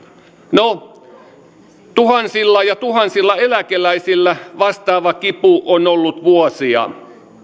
no tuhansilla ja tuhansilla eläkeläisillä vastaava kipu on ollut vuosia